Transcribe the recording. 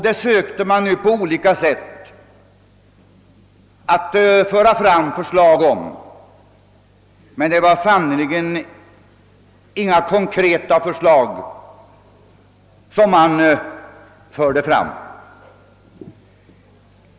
Man sökte att föra fram olika förslag, men det var sannerligen inga konkreta förslag som framlades.